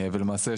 ולמעשה,